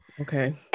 Okay